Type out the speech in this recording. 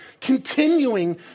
Continuing